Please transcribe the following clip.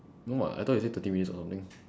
no [what] I thought you said thirty minutes or something